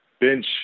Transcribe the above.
bench